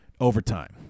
overtime